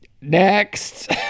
Next